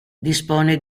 dispone